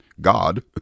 God